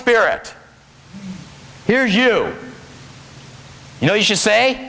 spirit here you know you should say